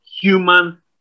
human